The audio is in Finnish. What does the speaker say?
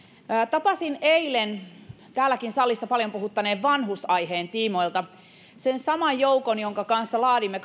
tapasin eilen täällä salissakin paljon puhuttaneen vanhusaiheen tiimoilta sen saman joukon jonka kanssa laadimme